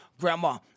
Grandma